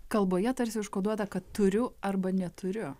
kalboje tarsi užkoduota kad turiu arba neturiu